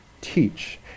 teach